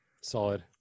Solid